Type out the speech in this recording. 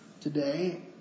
today